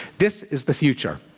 this is the future.